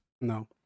No